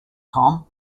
tom